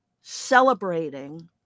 celebrating